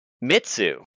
Mitsu